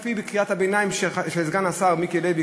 כפי קריאת הביניים של סגן השר מיקי לוי,